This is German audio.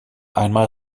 einmal